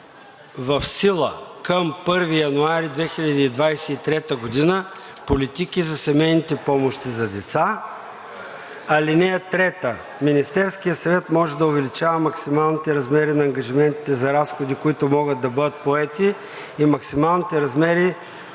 в сила към 1 януари 2023 г. политики за семейните помощи за деца. (3) Министерският съвет може да увеличава максималните размери на ангажиментите за разходи, които могат да бъдат поети, и максималните размери